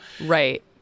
Right